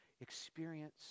experience